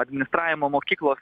administravimo mokyklos